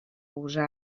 usar